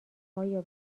آیا